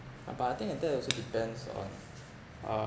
but I think uh that also depends on uh